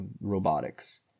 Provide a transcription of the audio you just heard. robotics